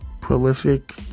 prolific